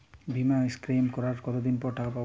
বিমা ক্লেম করার কতদিন পর টাকা পাব?